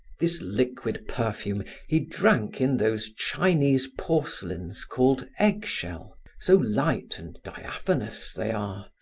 this liquid perfume he drank in those chinese porcelains called egg-shell, so light and diaphanous they are.